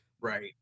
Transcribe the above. right